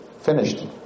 Finished